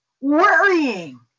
worrying